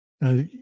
Now